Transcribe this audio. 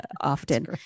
often